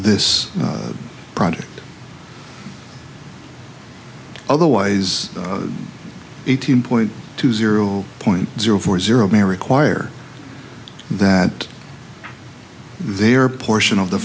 this project otherwise eighteen point two zero point zero four zero may require that their portion of the